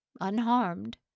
unharmed